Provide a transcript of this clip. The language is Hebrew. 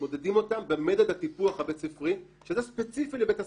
במדד הטיפוח הבית-ספרי, שזה ספציפי לבית הספר,